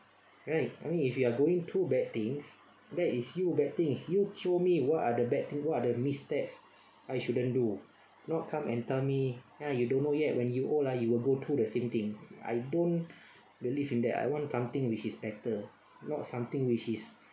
right I mean if you are going through bad things that is you bad things you show me what are the bad thing what are the mistakes I shouldn't do not come and tell me ah you don't know yet when you old ah you will go through the same thing I don't believe in that I want something which is better not something which is